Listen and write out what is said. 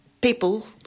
people